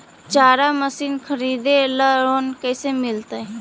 चारा मशिन खरीदे ल लोन कैसे मिलतै?